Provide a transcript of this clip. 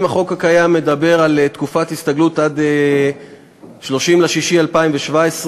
אם החוק הקיים מדבר על תקופת הסתגלות עד 30 ביוני 2017,